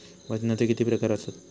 वजनाचे किती प्रकार आसत?